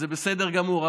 זה בסדר גמור.